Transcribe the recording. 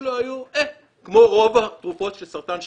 שלו היו כמו רוב התרופות של סרטן השד,